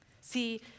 See